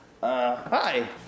hi